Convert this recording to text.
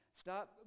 Stop